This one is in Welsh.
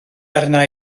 arna